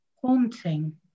Haunting